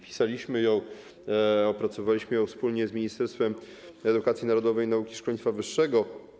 Pisaliśmy ją, opracowywaliśmy ją wspólnie z ministerstwem edukacji narodowej, nauki i szkolnictwa wyższego.